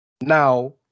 Now